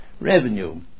revenue